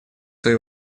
свои